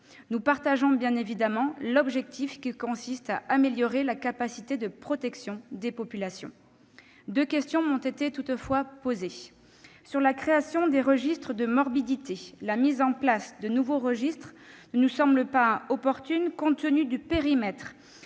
Nous partageons évidemment l'objectif qui consiste à améliorer la capacité à protéger les populations. Deux questions m'ont été posées. Pour ce qui concerne la création de registres de morbidité, la mise en place de nouveaux registres ne nous semble pas opportune compte tenu du périmètre